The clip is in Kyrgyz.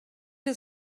эле